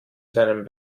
seinem